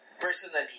personally